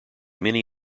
many